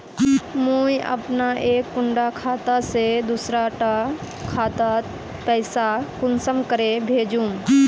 मुई अपना एक कुंडा खाता से दूसरा डा खातात पैसा कुंसम करे भेजुम?